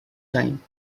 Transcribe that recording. time